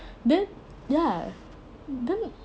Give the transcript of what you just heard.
then ya then